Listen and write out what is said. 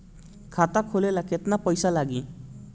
खाता खोले ला केतना पइसा लागी?